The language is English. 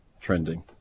trending